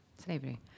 Slavery